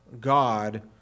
God